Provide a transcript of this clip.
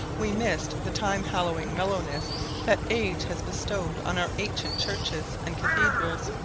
we missed the time hallowing mellowness that age has bestowed on our ancient churches and cathedrals.